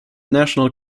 national